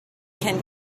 can